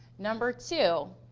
number two,